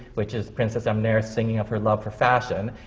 which is princess amneris singing of her love for fashion,